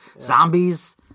Zombies